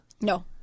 No